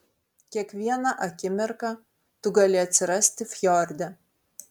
kiekvieną akimirką tu gali atsirasti fjorde